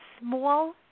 small